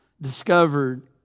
discovered